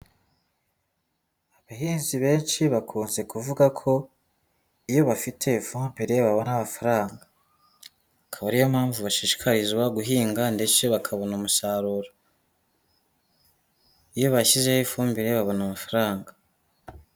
Abahinzi benshi bakunze kuvuga ko iyo bafite ifumbire babona amafaranga. Akaba ariyo mpamvu bashishikarizwa guhinga ndetse bakabona umusaruro. Iyo bashyizeho ifumbire babona amafaranga.